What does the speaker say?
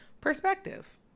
perspective